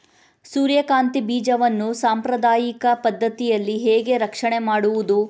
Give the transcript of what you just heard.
ಸೂರ್ಯಕಾಂತಿ ಬೀಜವನ್ನ ಸಾಂಪ್ರದಾಯಿಕ ಪದ್ಧತಿಯಲ್ಲಿ ಹೇಗೆ ರಕ್ಷಣೆ ಮಾಡುವುದು